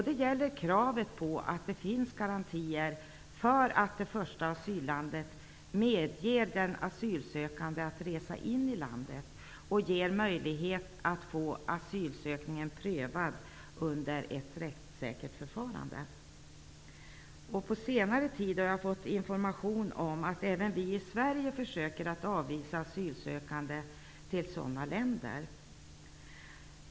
Det gäller kravet på att det finns garantier för att det första asyllandet medger den asylsökande att resa in i landet och ger möjlighet att få asylansökan prövad under ett rättssäkert förfarande. På senare tid har jag fått information om att även vi i Sverige försöker att avvisa asylsökande till sådana länder.